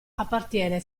appartiene